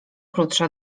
krótsza